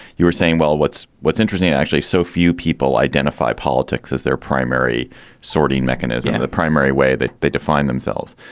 you were saying, well, what's what's interesting, and actually, so few people identify politics as their primary sorting mechanism and the primary way that they define themselves.